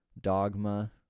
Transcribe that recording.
dogma